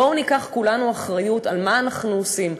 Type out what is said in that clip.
בואו ניקח כולנו אחריות למה שאנחנו עושים.